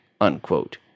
unquote